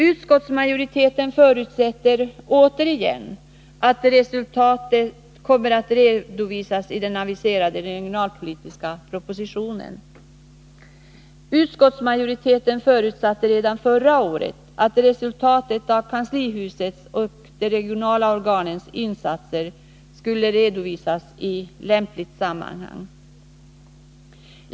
Utskottsmajoriteten förutsätter återigen att resultatet kommer att redovisas i den aviserade regionalpolitiska propositionen. Utskottsmajoriteten förutsatte redan förra året att resultatet av kanslihusets och de regionala organens insatser skulle redovisas i lämpligt sammanhang.